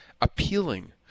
appealing